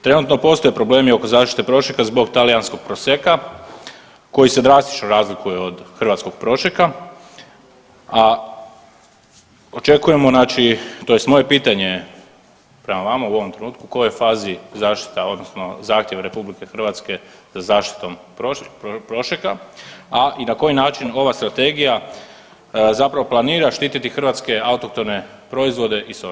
Trenutno postoje problemi oko zaštite prošeka, zbog talijanskog proseka koji se drastično razlikuje od hrvatskog prošeka, a očekujemo znači tj. moje pitanje je prema vama u ovom trenutku u kojoj je fazi zaštita odnosno zahtjev RH za zaštitom prošeka, a i na koji način ova strategija zapravo planira štititi hrvatske autohtone proizvode i sorte.